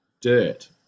dirt